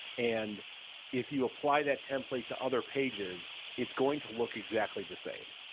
and if you apply that template to other pages, it's going to look exactly the same.